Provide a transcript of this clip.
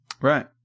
Right